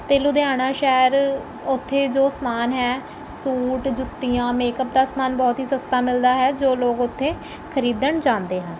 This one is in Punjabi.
ਅਤੇ ਲੁਧਿਆਣਾ ਸ਼ਹਿਰ ਉੱਥੇ ਜੋ ਸਮਾਨ ਹੈ ਸੂਟ ਜੁੱਤੀਆਂ ਮੇਕਅਪ ਦਾ ਸਮਾਨ ਬਹੁਤ ਹੀ ਸਸਤਾ ਮਿਲਦਾ ਹੈ ਜੋ ਲੋਕ ਉੱਥੇ ਖਰੀਦਣ ਜਾਂਦੇ ਹਨ